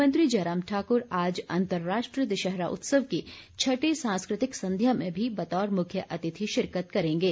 मुख्यमंत्री जयराम ठाकुर आज अंतर्राष्ट्रीय दशहरा उत्सव की छठी सांस्कृतिक संध्या में भी बतौर मुख्य अतिथि शिरकत करेंगे